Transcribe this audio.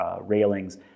railings